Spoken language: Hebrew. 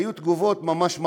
היו תגובות ממש מחרידות.